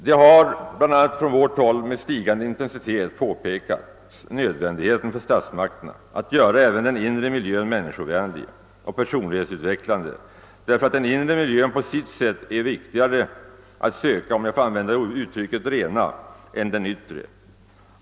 Det har, bl.a. från vårt håll i centerpartiet, med stigande intensitet framhållits nödvändigheten för statsmakterna att göra även den inre miljön människovänlig och personlighetsutvecklande, eftersom den inre miljön på sitt sätt är viktigare att försöka »rena» — om jag får använda det uttrycket — än den yttre.